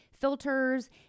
filters